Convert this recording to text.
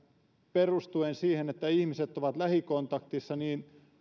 perustuen siihen että ihmiset ovat lähikontaktissa niin